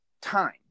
time